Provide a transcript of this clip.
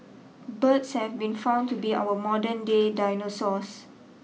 birds have been found to be our modern day dinosaurs